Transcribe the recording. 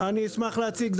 אני אשמח להציג את זה.